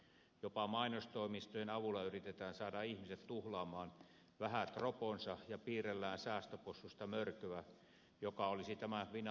jopa mainostoimistojen avulla yritetään saada ihmiset tuhlaamaan vähät roponsa ja piirrellään säästöpossusta mörköä joka olisi tämän finanssikriisin syy